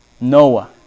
Noah